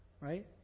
Right